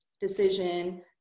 decision